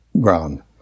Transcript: ground